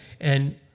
And-